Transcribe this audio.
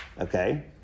Okay